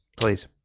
Please